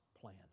plan